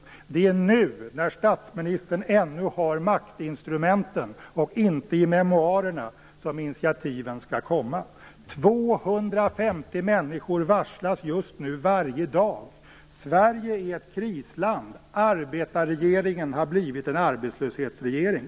Det är nu, när statsministern ännu har maktinstrumenten - och inte i memoarerna - som initiativen skall komma. Nu varslas 250 människor varje dag. Sverige är ett krisland. Arbetarregeringen har blivit en arbetslöshetsregering.